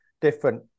different